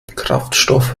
kraftstoff